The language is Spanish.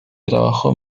trabajó